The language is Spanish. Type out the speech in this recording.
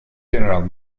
general